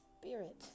spirit